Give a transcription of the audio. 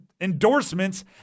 endorsements